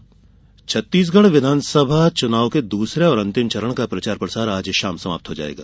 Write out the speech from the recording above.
छग चुनाव प्रचार छत्तीसगढ़ विधानसभा चुनाव के दूसरे और अंतिम चरण का प्रचार आज शाम समाप्त हो जाएगा